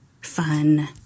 fun